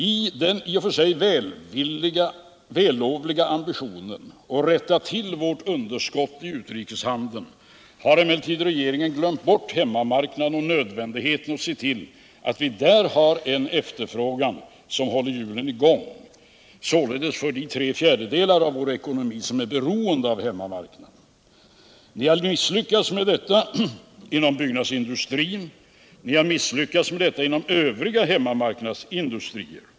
I den i och för sig vällovliga ambitionen att rätta till vårt underskott i utrikeshandeln har emellertid regeringen glömt bort hemmamarknaden och nödvändigheten att se till att vi där har en efterfrågan som håller hjulen i gång inom de tre fjärdedelar av vår ekonomi som är beroende av hemmamarknaden. Ni har misslyckats med detta inom byggnadsindustrin och inom övriga hemmamarknadsindustrier.